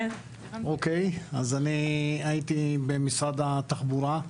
אני הייתי במשרד התחבורה.